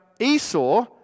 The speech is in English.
Esau